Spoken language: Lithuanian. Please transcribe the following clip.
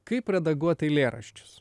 kaip redaguot eilėraščius